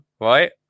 right